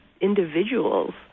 individuals